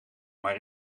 maar